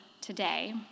today